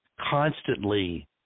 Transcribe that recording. constantly